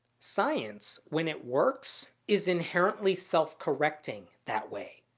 science, when it works, is inherently self-correcting that way.